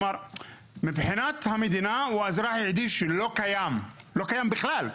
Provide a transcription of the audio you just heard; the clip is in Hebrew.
מבחינת המדינה הוא אזרח --- שלא קיים בכלל.